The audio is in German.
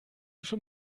schon